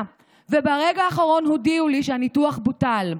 וברגע האחרון הודיעו לי שהניתוח בוטל.